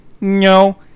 no